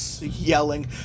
yelling